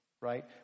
Right